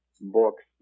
books